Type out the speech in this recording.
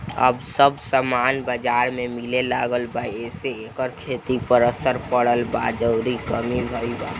अब सब सामान बजार में मिले लागल बा एसे एकर खेती पर असर पड़ल बा अउरी उत्पादन में कमी भईल बा